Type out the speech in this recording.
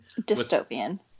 Dystopian